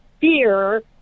fear